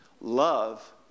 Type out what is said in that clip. Love